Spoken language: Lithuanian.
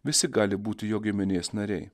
visi gali būti jo giminės nariai